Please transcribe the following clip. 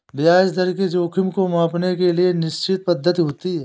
ब्याज दर के जोखिम को मांपने के लिए निश्चित पद्धति होती है